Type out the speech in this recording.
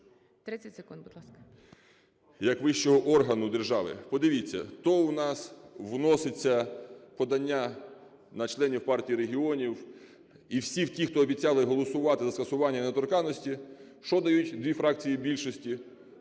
…як вищого органу держави. Подивіться, то у нас вноситься подання на членів Партії регіонів і всі ті, хто обіцяли голосувати за скасування недоторканності, що дають дві фракції більшості?